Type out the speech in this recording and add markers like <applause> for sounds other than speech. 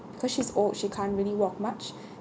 cause she's old she can't really walk much <breath>